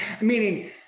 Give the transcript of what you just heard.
Meaning